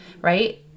right